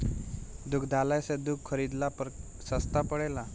दुग्धालय से दूध खरीदला पर सस्ता पड़ेला?